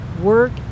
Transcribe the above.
work